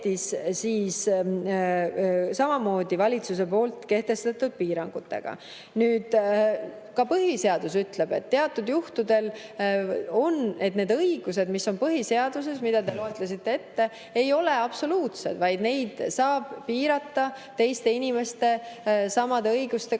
kehtis samamoodi valitsuse kehtestatud piirangutega. Nüüd, ka põhiseadus ütleb, et teatud juhtudel need õigused, mis on põhiseaduses ja mis te ette lugesite, ei ole absoluutsed, vaid neid saab piirata teiste inimeste samade õiguste